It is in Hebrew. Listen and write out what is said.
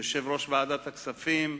יושב-ראש ועדת הכספים,